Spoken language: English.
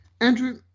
Andrew